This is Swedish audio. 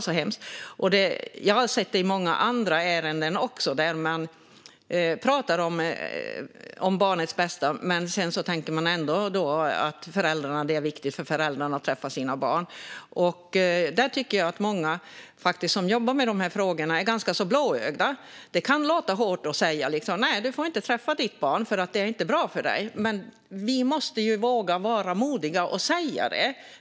I många ärenden pratar man om barnets bästa men tänker ändå att det är viktigt för föräldrarna att träffa sina barn. Jag tycker att många som jobbar med dessa frågor är ganska blåögda. Det kan låta hårt att säga "du får inte träffa ditt barn, för det är inte bra för barnet", men vi måste våga vara modiga och säga det.